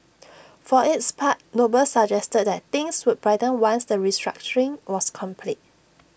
for its part noble suggested that things would brighten once the restructuring was complete